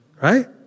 Right